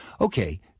Okay